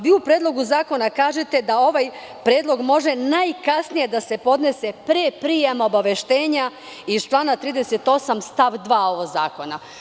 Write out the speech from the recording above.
Vi u Predlogu zakona kažete da ovaj predlog može najkasnije da se podnese pre prijema obaveštenja iz člana 38. stav 2. ovog zakona.